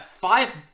five